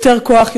יותר כוח,